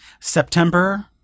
September